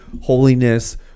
holiness